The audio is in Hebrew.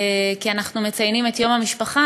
כי אנחנו מציינים את יום המשפחה,